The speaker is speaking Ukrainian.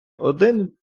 один